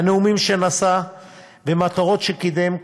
הנאומים שנשא ומטרות שקידם,